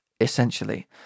essentially